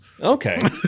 Okay